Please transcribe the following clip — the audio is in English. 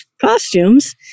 costumes